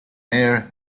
air